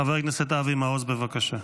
חבר הכנסת אבי מעוז, בבקשה.